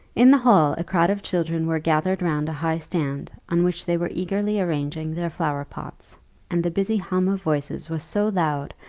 in the hall a crowd of children were gathered round a high stand, on which they were eagerly arranging their flower-pots and the busy hum of voices was so loud,